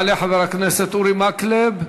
יעלה חבר הכנסת אורי מקלב,